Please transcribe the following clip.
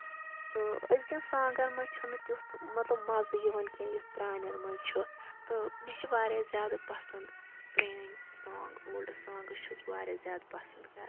تہٕ أز کٮ۪ن سانگَن مَنٛز چھُنہٕ تیُتھ مطلب مَزٕ یِوان کیٚنٛہہ یُتھ پرانٮ۪ن مَنٛز چھُ تہٕ مےٚ چھِ واریاہ زیادٕ پَسند پرٲنۍ سانگ اولڑ سانگٕس چھس واریاہ زیادٕ پَسند کَران